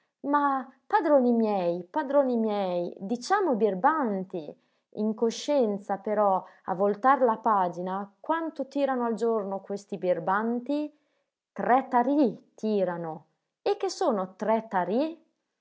ma padroni miei padroni miei diciamo birbanti in coscienza però a voltar la pagina quanto tirano al giorno questi birbanti tre tarì tirano e che sono tre tarì